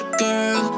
girl